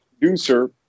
producer